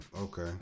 Okay